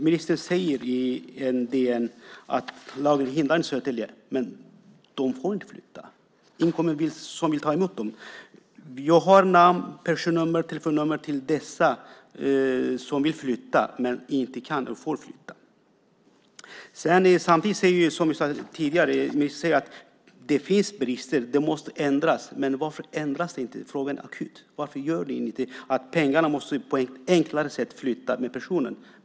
Ministern säger i DN att lagen inte hindrar Södertälje. Men de får inte flytta. Det är ingen kommun som vill ta emot dem. Jag har namn, personnummer och telefonnummer till dem som vill flytta men som inte kan och får flytta. Samtidigt säger ni, som jag sade tidigare, att det finns brister. Det måste ändras. Men varför ändras det inte? Frågan är akut? Varför gör ni ingenting? Pengarna måste kunna flytta med personen på ett enklare sätt.